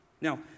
Now